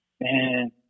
man